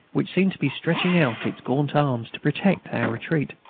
which seemed to be stretching out its gaunt arms to protect our retreat.